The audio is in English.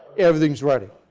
everything is ready.